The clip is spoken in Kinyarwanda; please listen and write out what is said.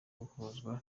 guhuzwa